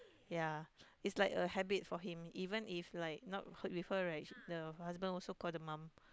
ya is like a habit for him even if like not close with her right the husband also call the mom